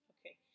Okay